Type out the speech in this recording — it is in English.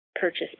purchase